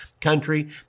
country